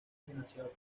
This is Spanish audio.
financiado